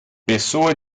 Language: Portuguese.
pessoa